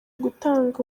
gutanga